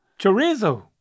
Chorizo